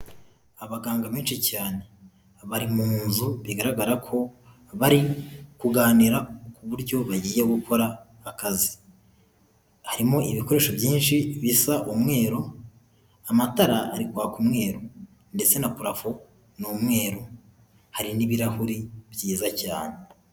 Abaganga benshi cyane, bari mu nzu bigaragara ko bari kuganira ku buryo bagiye gukora akazi, harimo ibikoresho byinshi bisa umweru, amatara ari kwaka mweru ndetse na parafo ni umweru, hari n'ibirahuri byiza cyane.